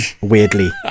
weirdly